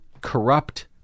corrupt